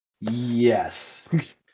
Yes